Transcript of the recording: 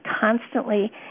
constantly